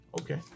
Okay